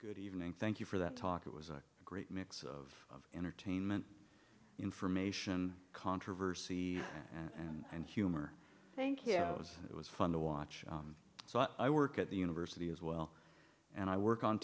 good evening thank you for that talk it was a great mix of entertainment information controversy and humor thank you it was it was fun to watch so i work at the university as well and i work on